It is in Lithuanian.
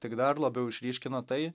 tik dar labiau išryškino tai